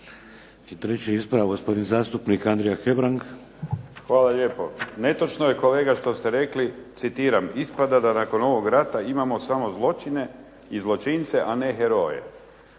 I treći ispravak gospodin zastupnik Andrija Hebrang. **Hebrang, Andrija (HDZ)** Hvala lijepo. Netočno je kolega što ste rekli, citiram, ispada da nakon ovog rata imamo samo zločine i zločince a ne heroje.